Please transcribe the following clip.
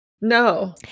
No